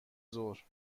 ظهر